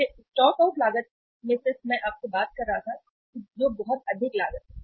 इसलिए stock out लागत मैं सिर्फ आपसे बात कर रहा था जो कि बहुत अधिक लागत है